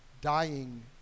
dying